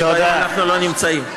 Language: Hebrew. שבהם אנחנו לא נמצאים.